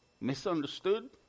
misunderstood